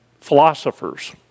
philosophers